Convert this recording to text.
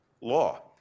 law